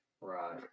right